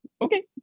Okay